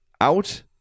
out